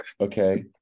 Okay